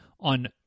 on